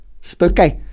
spooky